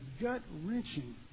gut-wrenching